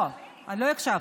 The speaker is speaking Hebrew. לא, לא הקשבת.